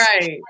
Right